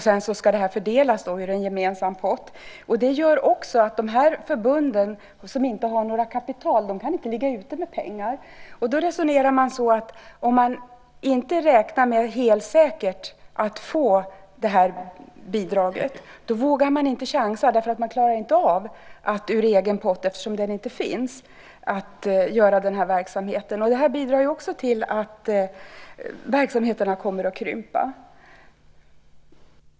Sedan ska det fördelas ur en gemensam pott. Det gör också att förbunden, som inte har något kapital, inte kan ligga ute med pengar. Då resonerar man så att om man inte räknar med att helt säkert få bidraget så vågar man inte chansa. Man klarar inte av att bedriva verksamheten ur egen pott, eftersom någon sådan inte finns. Det bidrar också till att verksamheterna kommer att krympa.